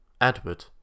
Edward